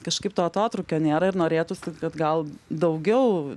kažkaip to atotrūkio nėra ir norėtųsi kad gal daugiau